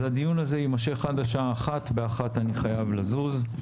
הדיון הזה יימשך עד השעה 13:00. ב-13:00 אני חייב לזוז.